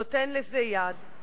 נותן לזה יד.